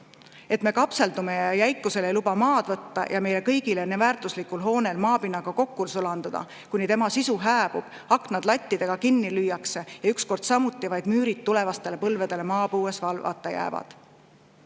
võtta kapseldumisel ja jäikusel ega meile kõigile nii väärtuslikul hoonel maapinnaga kokku sulanduda, kuni tema sisu hääbub, aknad lattidega kinni lüüakse ja ükskord samuti vaid müürid tulevastele põlvedele maapõues valvata jäävad.